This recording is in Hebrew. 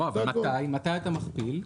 לא, אבל מתי אתה מכפיל?